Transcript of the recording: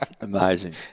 amazing